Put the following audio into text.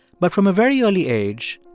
but from a very early age,